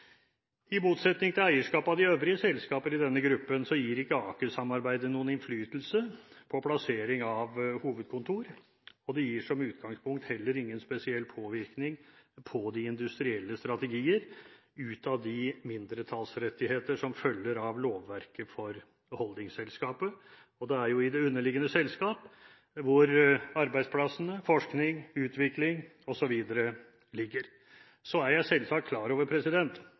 I motsetning til eierskap av de øvrige selskaper i denne gruppen gir ikke Aker-samarbeidet noen innflytelse på plassering av hovedkontor. Det gir som utgangspunkt heller ingen spesiell påvirkning på de industrielle strategier ut av de mindretallsrettigheter som følger av lovverket for holdingselskapet, og det er jo i det underliggende selskap hvor arbeidsplassene, forskning, utvikling osv. ligger. Så er jeg selvsagt klar over